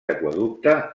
aqüeducte